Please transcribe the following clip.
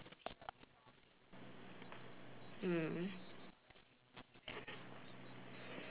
mm